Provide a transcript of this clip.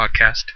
podcast